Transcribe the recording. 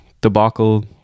debacle